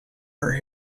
her